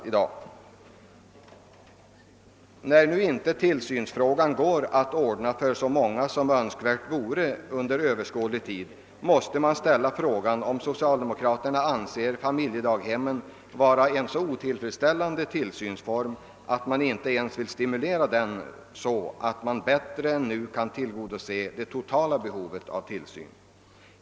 När det nu inte går att ordna tillsyn under överskådlig tid för så många som önskvärt vore, måste man ställa frågan om socialdemokraterna anser familjedaghemmen vara en så otillfredsställande tillsynsform att de inte ens vill stimulera den så att vi bättre än nu kan tillgodose det totala behovet av barntillsyn.